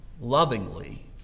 lovingly